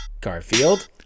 Garfield